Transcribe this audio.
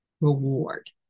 reward